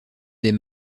des